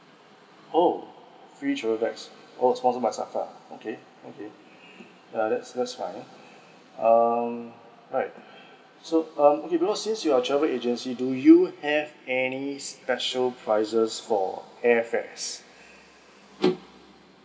oh free travel bags oh sponsored by safra okay okay uh that's that's fine um right so um okay because since you are travel agency do you have any special prices for air fares